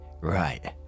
right